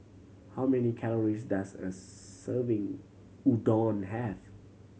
how many calories does a serving Udon have